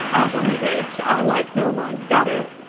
at any rate i like no one better.